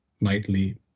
nightly